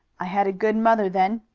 i had a good mother then.